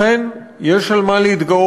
תודה, אכן, יש על מה להתגאות.